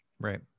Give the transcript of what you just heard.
Right